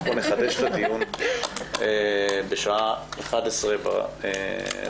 אנחנו נחדש את הדיון בשעה 11:00 בחוק